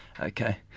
Okay